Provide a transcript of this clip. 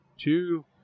two